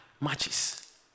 matches